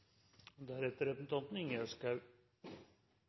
og deretter